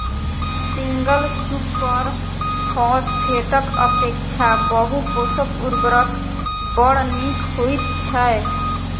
single super फौसफेटक अपेक्षा बहु पोषक उर्वरक बड़ नीक होइत छै